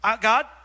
God